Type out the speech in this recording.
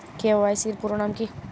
KYC এর পুরোনাম কী?